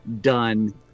done